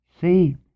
See